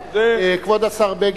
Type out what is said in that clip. כבודך.